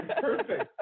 Perfect